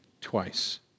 twice